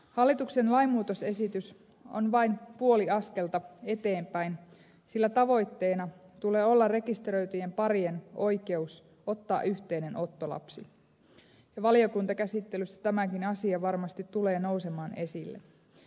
hallituksen lainmuutosesitys on vain puoli askelta eteenpäin sillä tavoitteena tulee olla rekisteröityjen parien oikeus ottaa yhteinen ottolapsi ja valiokuntakäsittelyssä tämäkin asia varmasti tulee nousemaan esille